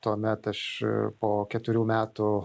tuomet aš po keturių metų